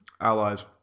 allies